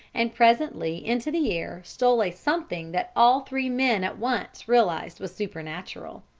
and presently into the air stole a something that all three men at once realized was supernatural.